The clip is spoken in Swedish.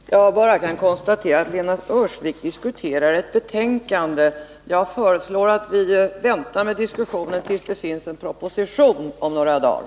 Herr talman! Jag kan bara konstatera att Lena Öhrsvik diskuterar ett betänkande, och jag föreslår att vi väntar med diskussionen tills det finns en proposition om några dagar.